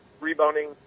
rebounding